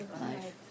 Life